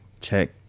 check